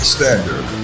Standard